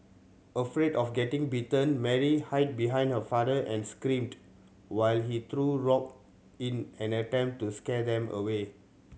afraid of getting bitten Mary hid behind her father and screamed while he threw rock in an attempt to scare them away